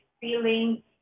feeling